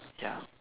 ya